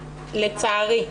המשנה,